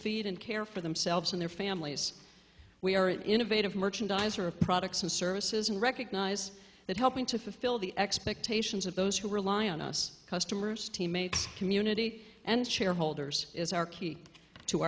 feed and care for themselves and their families we are innovative merchandiser of products and services and recognize that helping to fulfill the expectations of those who rely on us customers teammates community and shareholders is our key to